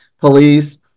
police